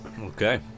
Okay